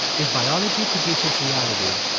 if biology produces reality,